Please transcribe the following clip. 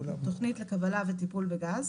תוכנית לקבלה וטיפול בגז,